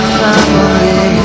family